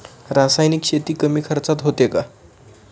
रासायनिक शेती कमी खर्चात होते का?